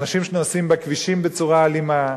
אנשים שנוסעים בכבישים בצורה אלימה,